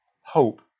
hope